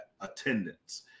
attendance